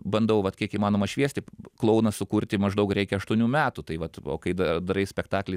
bandau vat kiek įmanoma šviesti klouną sukurti maždaug reikia aštuonių metų tai vat o kai darai spektaklį